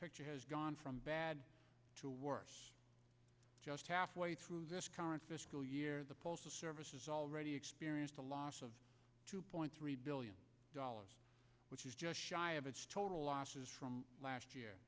picture has gone from bad to worse just halfway through this current fiscal year the postal service has already experienced a loss of two point three billion dollars which is just shy of its total losses from last year